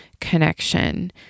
connection